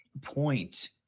point